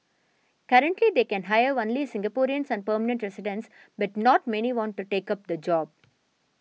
currently they can hire only Singaporeans and permanent residents but not many want to take up the job